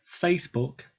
Facebook